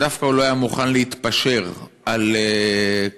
דווקא, שהוא לא היה מוכן להתפשר על כשרות,